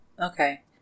okay